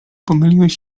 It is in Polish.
pomyliłeś